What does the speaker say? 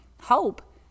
hope